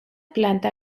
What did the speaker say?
planta